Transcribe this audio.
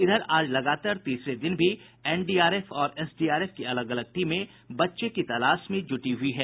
इधर आज लगातार तीसरे दिन भी एनडीआरएफ और एसडीआरएफ की अलग अलग टीमें बच्चे की तलाश में जुटी हुई है